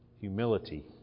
humility